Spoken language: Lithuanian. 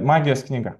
magijos knyga